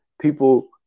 people